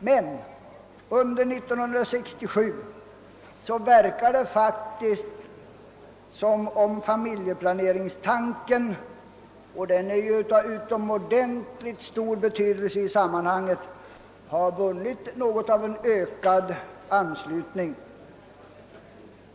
Men det verkar faktiskt som om familjeplaneringstanken — som är av utomordentligt stor betydelse i sammanhanget — har vunnit ökad anslutning under 1967.